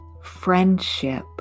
friendship